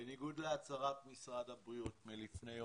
בניגוד להצהרת משרד הבריאות מלפני יומיים,